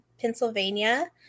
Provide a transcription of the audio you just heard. Pennsylvania